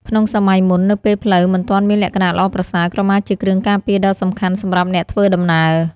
ក្នុងសម័យមុន នៅពេលផ្លូវមិនទាន់មានលក្ខណៈល្អប្រសើរ ក្រមាជាគ្រឿងការពារដ៏សំខាន់សម្រាប់អ្នកធ្វើដំណើរ។